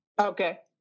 Okay